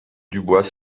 dubois